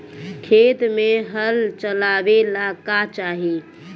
खेत मे हल चलावेला का चाही?